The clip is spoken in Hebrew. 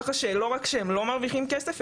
ככה שלא רק שהם לא מרוויחים כסף,